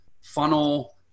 funnel